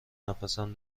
نفسم